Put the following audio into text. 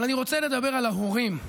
אבל אני רוצה לדבר על ההורים,